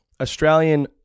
Australian